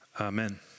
Amen